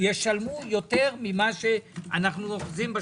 הפער בין מה שאתה אומר?